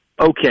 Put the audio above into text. okay